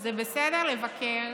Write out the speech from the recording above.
זה בסדר לבקר,